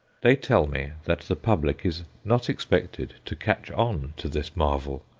they tell me that the public is not expected to catch on to this marvel.